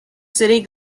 city